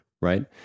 right